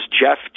Jeff